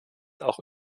auch